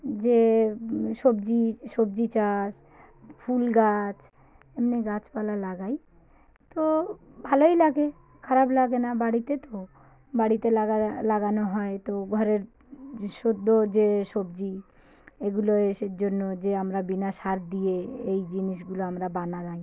যে সবজি সবজি চাষ ফুল গাছ এমনি গাছ পালা লাগাই তো ভালোই লাগে খারাপ লাগে না বাড়িতে তো বাড়িতে লাগা লাগানো হয় তো ঘরের সদ্য যে সবজি ওগুলো এসের জন্য যে আমরা বিনা সার দিয়ে এই জিনিসগুলা আমরা বানাই